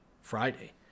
Friday